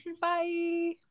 Bye